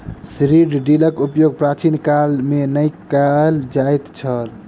seed ड्रीलक उपयोग प्राचीन काल मे नै कय ल जाइत छल